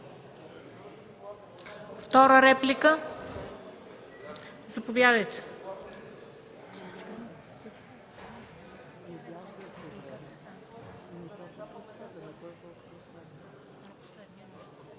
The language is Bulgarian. Втора реплика? Заповядайте,